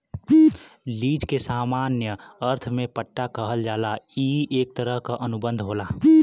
lease के सामान्य अर्थ में पट्टा कहल जाला ई एक तरह क अनुबंध होला